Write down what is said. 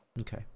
Okay